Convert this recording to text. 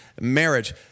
marriage